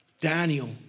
Daniel